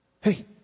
Hey